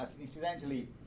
incidentally